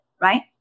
right